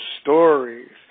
stories